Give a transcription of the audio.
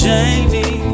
Jamie